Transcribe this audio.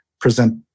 present